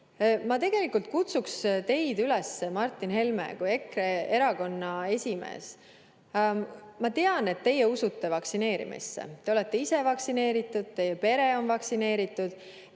Ma kutsun teid, Martin Helme, kui EKRE erakonna esimeest üles. Ma tean, et teie usute vaktsineerimisse, te olete ise vaktsineeritud, teie pere on vaktsineeritud.